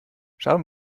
schauen